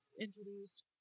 introduced